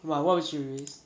wha~ what would you risk